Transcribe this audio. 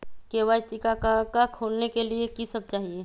KYC का का खोलने के लिए कि सब चाहिए?